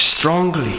strongly